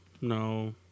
no